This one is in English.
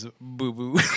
boo-boo